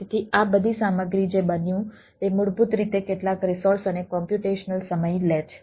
તેથી આ બધી સામગ્રી જે બન્યું તે મૂળભૂત રીતે કેટલાક રિસોર્સ અને કોમ્પ્યુટેશનલ સમય લે છે